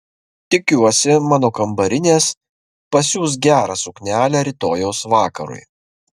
tikiuosi mano kambarinės pasiūs gerą suknelę rytojaus vakarui